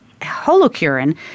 HoloCurin